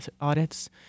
audits